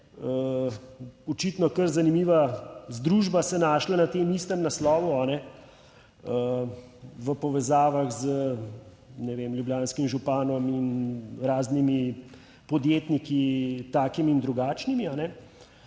očitno kar zanimiva združba se našla na tem istem naslovu v povezavah z, ne vem, ljubljanskim županom in raznimi podjetniki, takimi in drugačnimi,